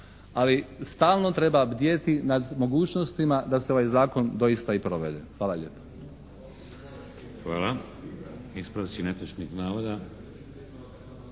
ali stalno treba bdjeti nad mogućnostima da se ovaj Zakon doista i provede. Hvala lijepa.